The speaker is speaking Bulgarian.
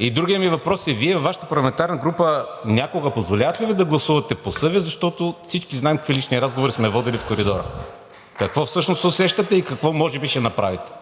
И другият ми въпрос е: Вие във Вашата парламентарна група някога позволяват ли Ви да гласувате по съвест, защото всички знаем какви лични разговори сме водили в коридора. Какво всъщност усещате и какво може би ще направите.